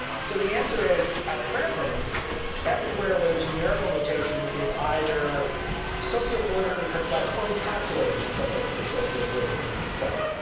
so the answer is, at present everywhere where there's numerical notation is either sociopolitically complex or encapsulated in someplace that sociopolitically complex,